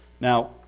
Now